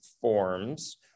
forms